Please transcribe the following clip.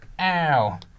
Ow